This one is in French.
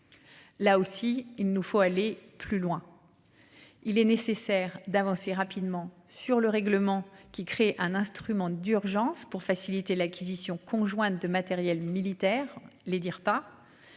Là aussi il nous faut aller plus loin. Il est nécessaire d'avancer rapidement sur le règlement qui crée un instrument d'urgence pour faciliter l'acquisition conjointe de matériel militaire les dire pas.